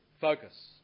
focus